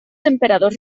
emperadors